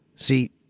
See